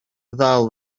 ddal